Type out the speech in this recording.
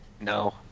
No